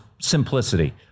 simplicity